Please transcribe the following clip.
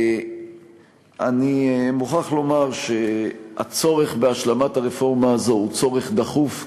אני מוכרח לומר שהצורך בהשלמת הרפורמה הזו הוא צורך דחוף.